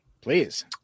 please